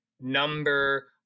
number